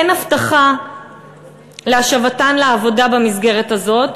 אין הבטחה להשבתן לעבודה במסגרת הזאת.